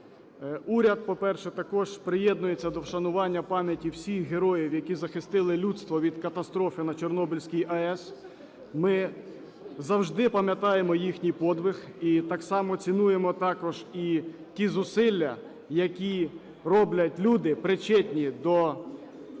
Уряд, по-перше, також приєднується до вшанування пам'яті всіх героїв, які захистили людство від катастрофи на Чорнобильській АЕС. Ми завжди пам'ятаємо їхній подвиг. І так само цінуємо також і ті зусилля, які роблять люди, причетні до